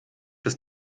bis